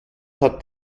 hat